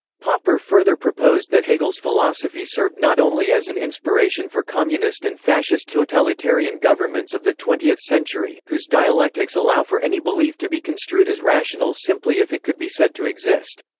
popper further proposed that hegel's philosophy served not only as an inspiration for communist and fascist totalitarian governments of the twentieth century, whose dialectics allow for any belief to be construed as rational simply if it could be said to exist.